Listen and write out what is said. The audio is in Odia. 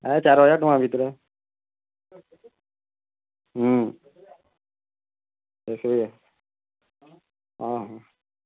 ହେ ଚାର୍ ହଜାର୍ ଟଙ୍କା ଭିତ୍ରେ ହୁଁ ବେଶୀ ହଁ ହଁ